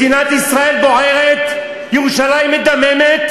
מדינת ישראל בוערת, ירושלים מדממת,